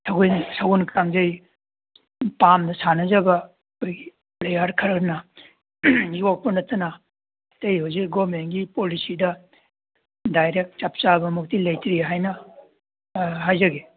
ꯁꯒꯣꯜ ꯀꯥꯡꯖꯩ ꯄꯥꯝꯅ ꯁꯥꯟꯅꯖꯕ ꯑꯩꯈꯣꯏ ꯄ꯭ꯂꯦꯌꯔ ꯈꯔꯅ ꯌꯣꯛꯄ ꯅꯠꯇꯅ ꯑꯇꯩ ꯍꯧꯖꯤꯛ ꯒꯣꯃꯦꯟꯒꯤ ꯄꯣꯂꯤꯁꯤꯗ ꯗꯥꯏꯔꯦꯛ ꯆꯞ ꯆꯥꯕꯃꯛꯇꯤ ꯂꯩꯇ꯭ꯔꯤ ꯍꯥꯏꯅ ꯍꯥꯏꯖꯒꯦ